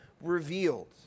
revealed